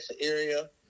area